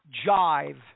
jive